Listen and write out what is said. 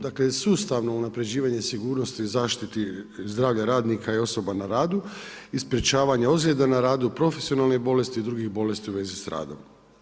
Dakle, sustavno unapređivanje sigurnosti zaštite zdravlja radnika i osoba na radu i sprečavanje ozljeda na radu, profesionalne bolesti i drugih bolesti u vezi s radom.